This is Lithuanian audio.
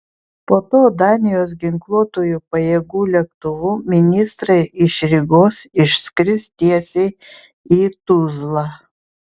po to danijos ginkluotųjų pajėgų lėktuvu ministrai iš rygos išskris tiesiai į tuzlą